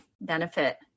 benefit